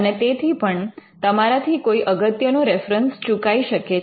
અને તેથી પણ તમારાથી કોઈ અગત્યનો રેફરન્સ ચૂકાઈ શકે છે